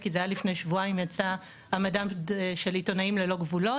כי זה היה לפני שבועיים שיצא המדד של "עיתונאים ללא גבולות".